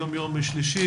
היום יום שלישי,